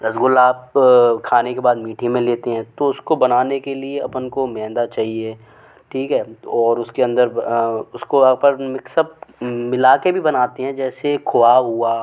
रसगुल्ला आप खाने के बाद मीठे में लेते हैं तो उसको बनाने के लिए अपन को मैदा चाहिए ठीक है ओर उसके अंदर उसको वहाँ पर मिक्सअप मिला के भी बनाते हैं जैसे खोवा हुआ